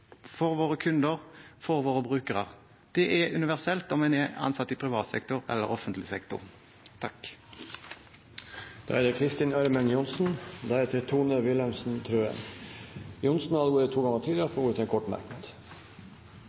for våre kunder og våre brukere. Det er universelt, enten en er ansatt i privat sektor eller i offentlig sektor. Representanten Kristin Ørmen Johnsen har hatt ordet to ganger tidligere i debatten og får ordet til en kort merknad,